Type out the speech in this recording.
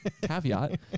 caveat